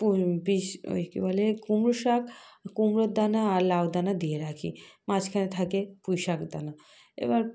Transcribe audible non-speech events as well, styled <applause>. <unintelligible> ওই কি বলে কুমড়ো শাক কুমড়োর দানা আর লাউ দানা দিয়ে রাখি মাছখানে থাকে পুঁই শাক দানা এবার